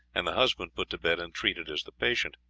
and the husband put to bed and treated as the patient.